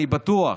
אני בטוח